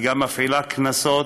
והיא גם מפעילה קנסות.